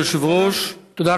תודה לך, אדוני היושב-ראש.